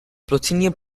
plutonium